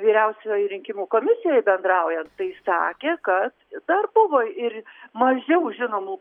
vyriausiojoj rinkimų komisijoj bendraujant tai sakė kad dar buvo ir mažiau žinomų